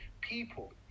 people